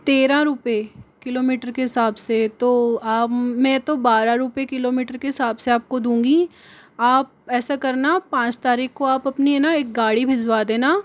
तेरह रुपए किलोमीटर के हिसाब से तो आप में तो बारह रुपए किलोमीटर के हिसाब से आपको दूँगी आप ऐसा करना पाँच तारीक को अपनी है ना एक गाड़ी भिजवा देना